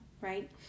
right